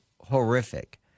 horrific